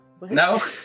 No